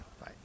Bye